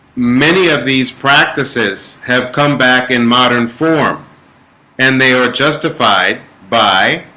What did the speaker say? many of these practices have come back in modern form and they are justified by